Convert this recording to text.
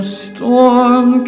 storm